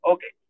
Okay